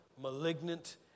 malignant